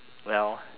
well